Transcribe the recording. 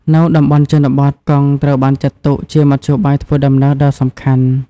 នៅតំបន់ជនបទ កង់ត្រូវបានចាត់ទុកជាមធ្យោបាយធ្វើដំណើរដ៏សំខាន់។